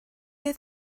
oedd